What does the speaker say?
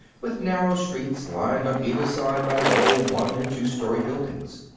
with narrow streets, lined on either side by low one and two story buildings.